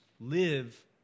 live